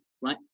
Right